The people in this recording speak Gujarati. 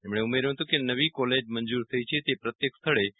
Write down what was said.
તેમણે ઉમેર્યું હતું કે નવી કોલેજ મંજૂર થઈ છે તે પ્રત્યેક સ્થળે રૂ